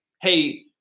Hey